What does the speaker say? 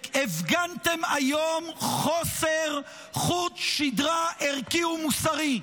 הפגנתם היום חוסר חוט שדרה ערכי ומוסרי.